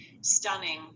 stunning